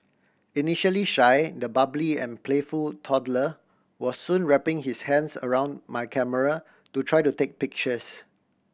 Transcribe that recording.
initially shy the bubbly and playful toddler was soon wrapping his hands around my camera to try to take pictures